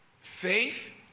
faith